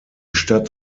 stadt